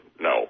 No